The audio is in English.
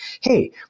hey